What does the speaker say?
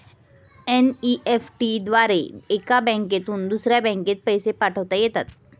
NEFT द्वारे एका बँकेतून दुसऱ्या बँकेत पैसे पाठवता येतात